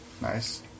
Nice